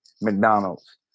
mcdonald's